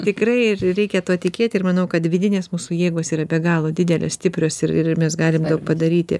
tikrai ir reikia tuo tikėti ir manau kad vidinės mūsų jėgos yra be galo didelės stiprios ir ir mes galim padaryti